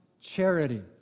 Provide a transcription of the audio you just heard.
charity